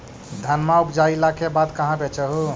धनमा उपजाईला के बाद कहाँ बेच हू?